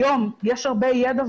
היום יש הרבה ידע ויכולת.